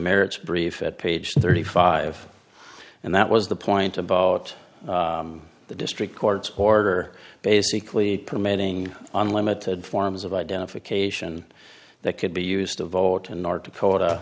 merits brief at page thirty five and that was the point about the district court's order basically permitting unlimited forms of identification that could be used to vote in north dakota